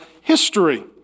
history